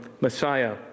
Messiah